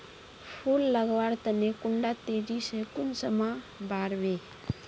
फुल लगवार तने कुंडा तेजी से कुंसम बार वे?